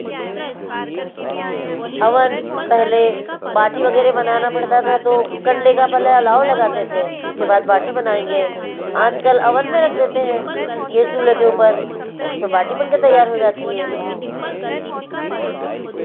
oven पहले बाटी वगैरह बनाना पड़ता था तो कंडे का पहले अलाव लगाते थे उसके बाद बाटी बनाएँगे आज काल अवन में रख देते हैं चूल्हे के ऊपर उसपे बाटी बन कर तैयार हो जाती है